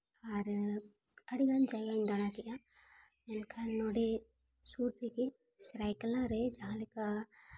ᱟᱨ ᱟᱹᱰᱤᱜᱟᱱ ᱡᱟᱭᱜᱟᱧ ᱫᱟᱬᱟ ᱠᱮᱜᱼᱟ ᱮᱱᱠᱷᱟᱱ ᱱᱚᱰᱮ ᱥᱩᱨ ᱨᱮᱜᱮ ᱥᱟᱨᱟᱭᱠᱮᱞᱞᱟ ᱨᱮ ᱡᱟᱦᱟᱸᱞᱮᱠᱟ